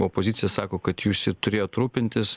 opozicija sako kad jūs ir turėjot rūpintis